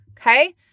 okay